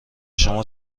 شما